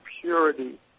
purity